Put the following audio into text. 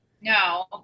no